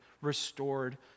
restored